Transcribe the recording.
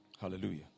hallelujah